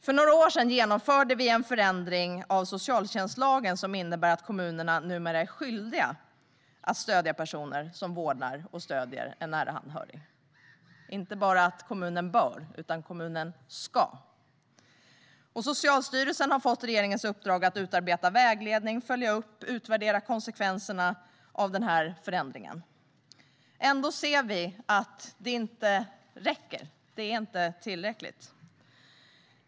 För några år sedan genomförde vi en förändring av socialtjänstlagen som innebär att kommunerna numera är skyldiga att stödja personer som vårdar och stöder en nära anhörig. Kommunerna inte bara bör utan ska göra det. Socialstyrelsen har fått regeringens uppdrag att utarbeta vägledning och följa upp och utvärdera konsekvenserna av den här förändringen. Ändå ser vi att det inte räcker. Det är inte tillräckligt.